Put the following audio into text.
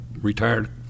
retired